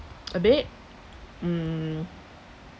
a bit mm